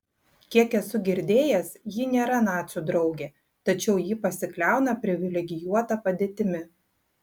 kiek esu girdėjęs ji nėra nacių draugė tačiau ji pasikliauna privilegijuota padėtimi